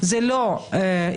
זה לא עניינך,